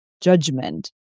judgment